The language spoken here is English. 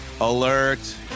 Alert